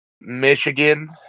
Michigan